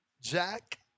Jack